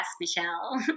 Michelle